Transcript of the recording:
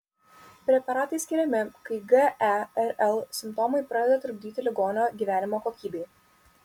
preparatai skiriami kai gerl simptomai pradeda trukdyti ligonio gyvenimo kokybei